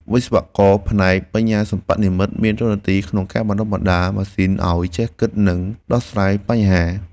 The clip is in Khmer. វិស្វករផ្នែកបញ្ញាសិប្បនិម្មិតមានតួនាទីក្នុងការបណ្តុះបណ្តាលម៉ាស៊ីនឱ្យចេះគិតនិងដោះស្រាយបញ្ហា។